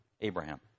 Abraham